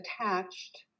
attached